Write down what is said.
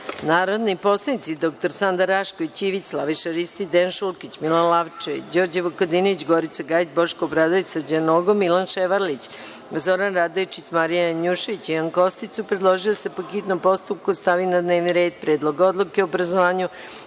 predlog. Narodni poslanici dr Sanda Rašković Ivić, Slaviša Ristić, Dejan Šulkić, Milan Lapčević, Đorđe Vukadinović, Gorica Gajić, Boško Obradović, Srđan Nogo, Milan Ševarlić, Zoran Radojčić, Marija Janjušević, Ivan Kostić su predložili da se po hitnom postupku stavi na dnevni red Predlog odluke o obrazovanju